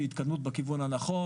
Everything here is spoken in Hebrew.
ההתקדמות היא התקדמות בכיוון הנכון.